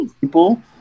people